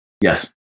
Yes